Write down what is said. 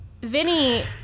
Vinny